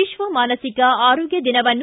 ವಿಶ್ವ ಮಾನಸಿಕ ಆರೋಗ್ಯ ದಿನವನ್ನು